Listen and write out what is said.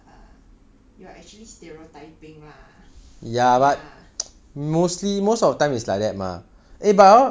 I think you were you were you were actually uh uh you were actually stereotyping lah yeah